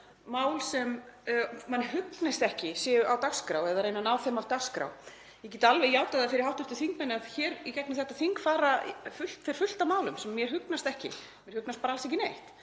mál sem manni hugnast ekki séu á dagskrá eða að reyna að ná þeim af dagskrá. Ég get alveg játað það fyrir hv. þingmanni hér að í gegnum þetta þing fer fullt af málum sem mér hugnast ekki, sem mér hugnast bara alls ekki neitt.